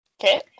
Okay